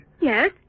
Yes